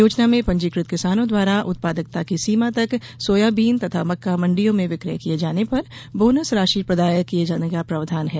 योजना में पंजीकृत किसानों द्वारा उत्पादकता की सीमा तक सोयाबीन तथा मक्का मण्डियों में विक्रय किये जाने पर बोनस राशि प्रदाय किये जाने का प्रावधान है